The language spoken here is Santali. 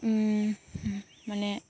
ᱢᱟᱱᱮ